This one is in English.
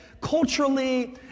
culturally